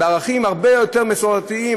בערכים הרבה יותר מסורתיים,